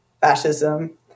fascism